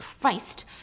Christ